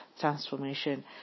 transformation